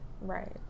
right